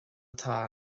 atá